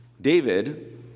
David